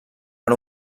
per